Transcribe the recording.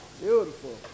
Beautiful